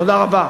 תודה רבה.